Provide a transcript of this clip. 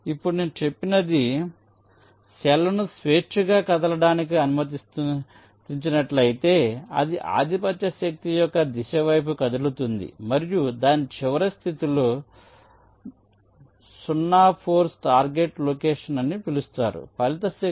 ఇప్పుడు నేను చెప్పినది సెల్ ను స్వేచ్ఛగా కదలడానికి అనుమతించినట్లయితే అది ఆధిపత్య శక్తి యొక్క దిశ వైపు కదులుతుంది మరియు దాని చివరి స్థితిలో 0 ఫోర్స్ టార్గెట్ లొకేషన్ అని పిలుస్తారు ఫలిత శక్తి Fi సున్నా అవుతుంది